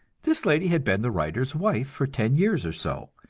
this lady had been the writer's wife for ten years or so,